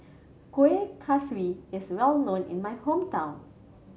Kueh Kaswi is well known in my hometown